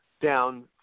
down